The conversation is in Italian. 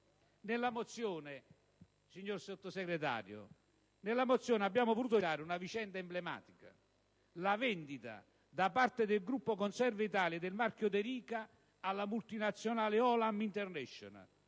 Nella mozione, signor Sottosegretario, abbiamo voluto citare una vicenda emblematica: la vendita, da parte del gruppo Conserve Italia, del marchio De Rica alla multinazionale Olam International,